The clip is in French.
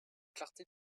clarté